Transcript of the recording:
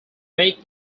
make